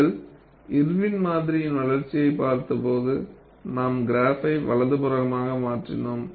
நீங்கள் இர்வின் மாதிரியின் வளர்ச்சியைப் பார்த்தபோது நாம் க்ராப்பை வலதுபுறமாக மாற்றினோம்